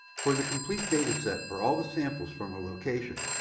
for the complete data set for all the samples from a location,